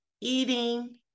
eating